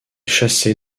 chasser